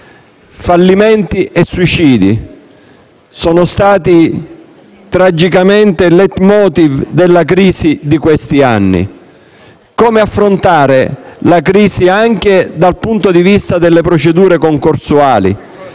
Fallimenti e suicidi sono stati il tragico *leitmotiv* della crisi di questi anni. Come affrontare la crisi, anche dal punto di vista delle procedure concorsuali?